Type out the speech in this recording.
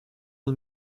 los